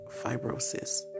fibrosis